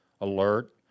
alert